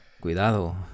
Cuidado